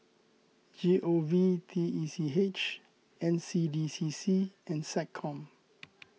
G O V T E C H N C D C C and SecCom